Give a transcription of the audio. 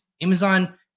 Amazon